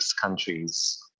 countries